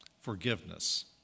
forgiveness